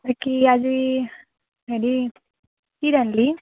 বাকী আজি হেৰি কি ৰান্ধ্লি